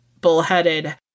bullheaded